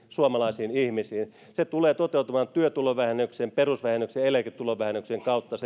suomalaisiin ihmisiin se kaksisataa miljoonaa euroa veronkevennyksiä tulee toteutumaan työtulovähennyksen perusvähennyksen ja eläketulovähennyksen kautta